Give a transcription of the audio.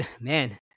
man